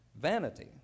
vanity